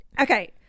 okay